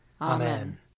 Amen